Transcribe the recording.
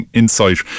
insight